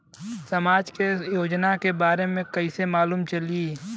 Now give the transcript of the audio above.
समाज के योजना के बारे में कैसे मालूम चली?